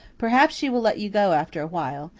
perhaps she will let you go after a while.